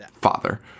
father